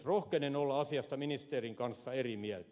rohkenen olla asiasta ministerin kanssa eri mieltä